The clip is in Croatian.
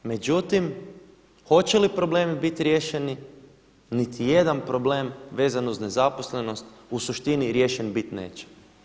Međutim, hoće li problemi biti riješeni niti jedan problem vezan uz nezaposlenost u suštini riješen biti neće.